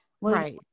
right